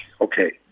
Okay